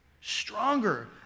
stronger